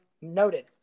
Noted